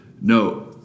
no